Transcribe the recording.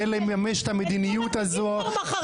אז נדבר על נבחר הציבור שכבר הורשע בדין פעם אחת -- פעם שנייה.